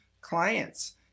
clients